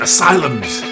Asylums